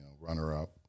runner-up